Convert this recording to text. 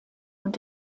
und